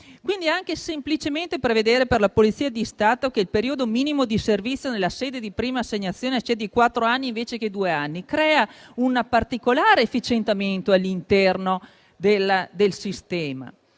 Anche semplicemente prevedere per la Polizia di Stato che il periodo minimo di servizio nella sede di prima assegnazione sia di quattro anni invece che di due anni crea un particolare efficientamento all'interno del sistema,